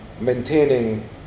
maintaining